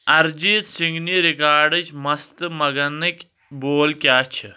ارجیت سِنگنہِ رِکارڈٕچ مستہٕ مگنٕکۍ بول کیٛاہ چھِ